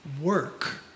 Work